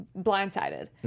blindsided